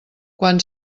quan